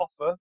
offer